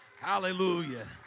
Hallelujah